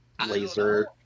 Laser